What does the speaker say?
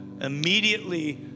Immediately